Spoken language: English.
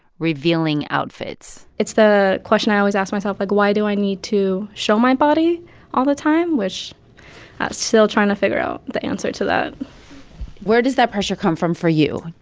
revealing outfits it's the question i always ask myself. like, why do i need to show my body all the time? which still trying to figure out the answer to that where does that pressure come from for you?